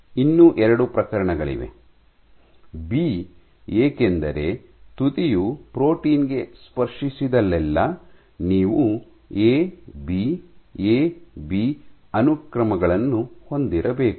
ಇನ್ನೂ ಎರಡು ಪ್ರಕರಣಗಳಿವೆ ಬಿ ಏಕೆಂದರೆ ತುದಿಯು ಪ್ರೋಟೀನ್ ಗೆ ಸ್ಪರ್ಶಿಸಿದಲ್ಲೆಲ್ಲಾ ನೀವು ಎ ಬಿ ಎ ಬಿ ಅನುಕ್ರಮಗಳನ್ನು ಹೊಂದಿರಬೇಕು